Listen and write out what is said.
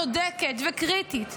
צודקת וקריטית,